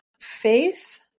faith